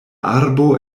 arbo